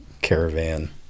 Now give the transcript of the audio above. caravan